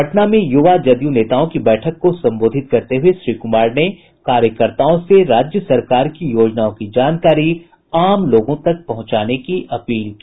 पटना में युवा जदयू नेताओं की बैठक को संबोधित करते हुये श्री कुमार ने कार्यकर्ताओं से राज्य सरकार की योजनाओं की जानकारी आम लोगों तक पहुंचाने की अपील की